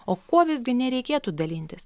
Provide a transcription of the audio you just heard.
o kuo visgi nereikėtų dalintis